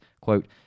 quote